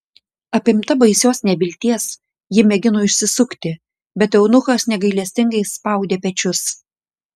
apimta baisios nevilties ji mėgino išsisukti bet eunuchas negailestingai spaudė pečius